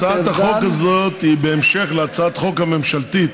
הצעת החוק הזאת היא בהמשך להצעת החוק הממשלתית